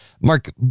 Mark